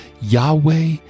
Yahweh